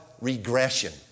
regression